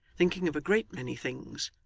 thinking of a great many things,